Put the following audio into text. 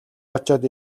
очоод